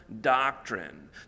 doctrine